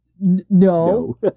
No